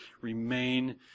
remain